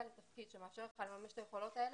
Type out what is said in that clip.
לתפקיד שמאפשר לך לממש את היכולות האלה,